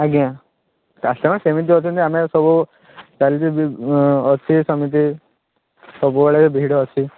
ଆଜ୍ଞା କାଷ୍ଟମର୍ ସେମିତି ଅଛନ୍ତି ଆମେ ସବୁ ଚାଲିଛି ଅଛି ସେମିତି ସବୁବେଳେ ଭିଡ଼ ଅଛି